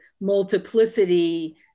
multiplicity